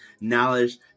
knowledge